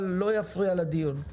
אבל לא יפריע לדיון.